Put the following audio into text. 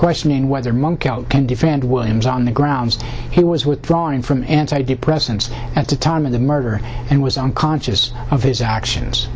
questioning whether monk out can defend williams on the grounds he was withdrawing from antidepressants at the time of the murder and was unconscious of his actions